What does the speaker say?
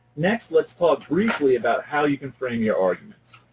next, let's talk briefly about how you can frame your arguments.